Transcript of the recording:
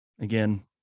Again